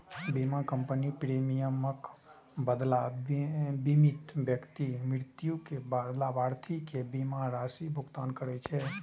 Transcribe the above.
बीमा कंपनी प्रीमियमक बदला बीमित व्यक्ति मृत्युक बाद लाभार्थी कें बीमा राशिक भुगतान करै छै